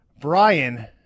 Brian